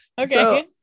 okay